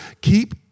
keep